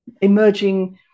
emerging